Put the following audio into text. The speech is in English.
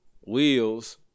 wheels